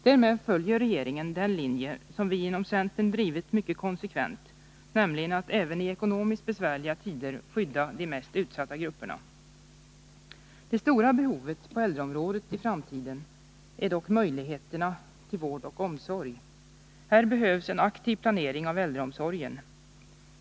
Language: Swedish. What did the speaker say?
Därmed följer regeringen den linje som vi inom centern har drivit mycket konsekvent, nämligen att även i ekonomiskt besvärliga tider skydda de mest utsatta grupperna. Det stora behovet på äldreområdet i framtiden är dock möjligheterna till vård och omsorg. Här behövs en aktiv planering av äldreomsorgen.